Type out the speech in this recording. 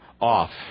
off